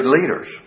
leaders